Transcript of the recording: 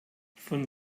von